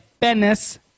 penis